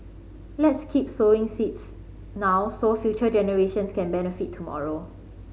let's keep sowing seeds now so future generations can benefit tomorrow